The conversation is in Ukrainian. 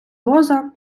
воза